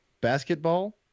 basketball